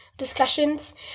discussions